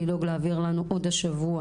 לדאוג להעביר לנו את כל הנתונים עוד השבוע.